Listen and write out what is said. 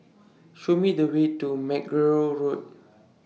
Show Me The Way to Mackerrow Road